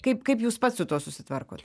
kaip kaip jūs pats su tuo susitvarkot